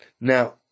Now